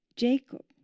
Jacob